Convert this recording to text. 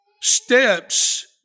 steps